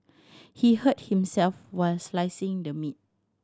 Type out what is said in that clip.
he hurt himself while slicing the meat